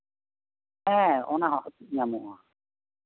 ᱦᱮᱸ ᱚᱱᱟ ᱦᱚᱸ ᱧᱟᱢᱚᱜᱼᱟ